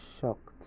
shocked